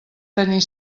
tenir